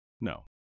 No